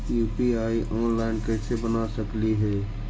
UPI online कैसे बना सकली हे?